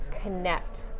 connect